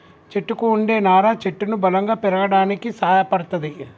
చెట్టుకు వుండే నారా చెట్టును బలంగా పెరగడానికి సాయపడ్తది